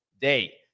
day